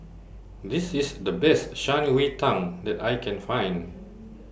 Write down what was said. This IS The Best Shan Rui Tang that I Can Find